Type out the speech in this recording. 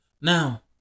Now